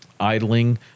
idling